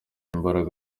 imbaraga